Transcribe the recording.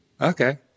Okay